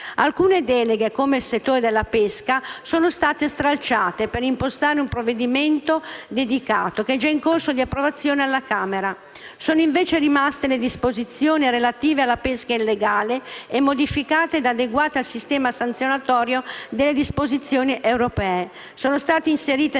Alcune deleghe, come quella per il settore della pesca, sono state stralciate per impostare un provvedimento dedicato, che è già in corso di approvazione alla Camera. Sono invece rimaste le disposizioni relative alla pesca illegale, modificate ed adeguate al sistema sanzionatorio delle disposizioni europee. Sono state inserite